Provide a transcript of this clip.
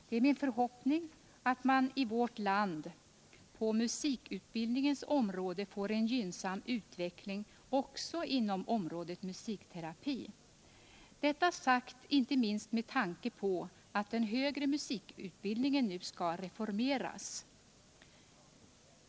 Det är min förhoppning att man i vårt land på musikutbildningens område får en gynnsam utveckling också inom området musikterapi — detta sagt inte minst med tanke på att den högre musikutbildningen nu skall reformeras.